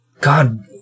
God